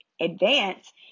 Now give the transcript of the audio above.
advance